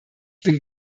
bin